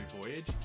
voyage